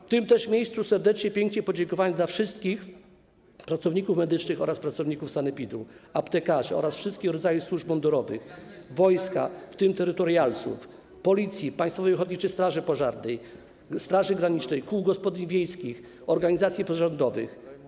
W tym też miejscu serdeczne, piękne podziękowania dla wszystkich pracowników medycznych oraz pracowników sanepidu, aptekarzy i wszystkich rodzajów służb mundurowych, wojska, w tym terytorialsów, Policji, Państwowej Ochotniczej Straży Pożarnej, Straży Granicznej, kół gospodyń wiejskich, organizacji pozarządowych.